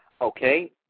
Okay